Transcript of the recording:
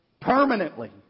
permanently